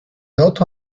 oto